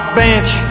bench